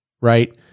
right